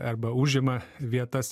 arba užima vietas